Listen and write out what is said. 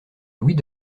louis